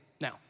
Now